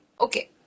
Okay